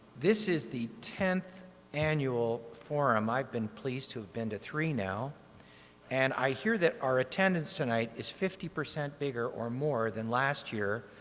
this is the tenth annual forum. i've been pleased to have been to three now and i hear that our attendance tonight is fifty percent bigger or more than last year,